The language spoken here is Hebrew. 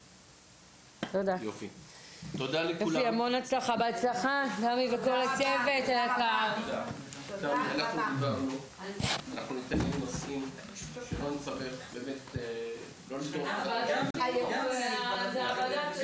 17:21. .